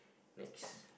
next